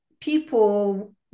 people